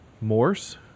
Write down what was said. Morse